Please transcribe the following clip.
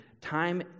time